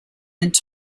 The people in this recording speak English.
and